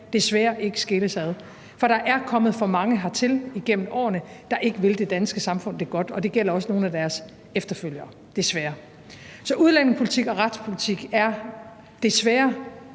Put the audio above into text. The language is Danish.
desværre ikke skilles ad, for der er kommet for mange hertil igennem årene, der ikke vil det danske samfund det godt, og det gælder også nogle af deres efterfølgere, desværre. Så udlændingepolitik og retspolitik er desværre